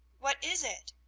what is it?